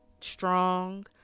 strong